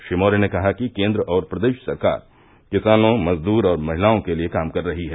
श्री मौर्य ने कहा कि केन्द्र और प्रदेश सरकार किसानों मजद्र और महिलाओं के लिये काम कर रही है